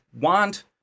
want